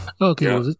Okay